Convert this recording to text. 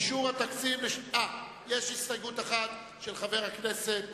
יש הסתייגות אחת של חבר הכנסת